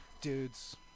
dudes